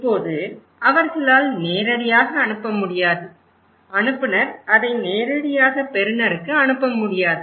இப்போது அவர்களால் நேரடியாக அனுப்ப முடியாது அனுப்புநர் அதை நேரடியாக பெறுநருக்கு அனுப்ப முடியாது